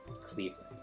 Cleveland